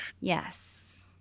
Yes